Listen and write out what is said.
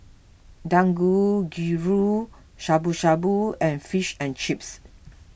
Dangojiru Shabu Shabu and Fish and Chips